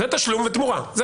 זה תשלום ותמורה.